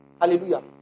Hallelujah